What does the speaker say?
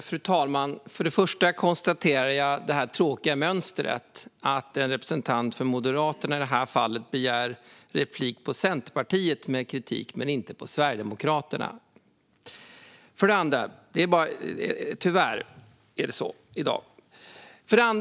Fru talman! För det första konstaterar jag att det är ett tråkigt mönster. En representant för Moderaterna, i det här fallet, begär replik på Centerpartiet för att komma med kritik men begär inte replik på Sverigedemokraterna. Tyvärr är det så i dag. Fru talman!